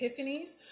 epiphanies